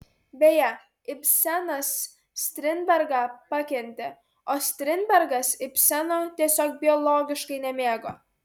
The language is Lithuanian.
beje ibsenas strindbergą pakentė o strindbergas ibseno tiesiog biologiškai nemėgo